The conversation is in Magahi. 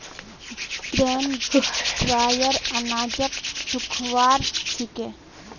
ग्रेन ड्रायर अनाजक सुखव्वार छिके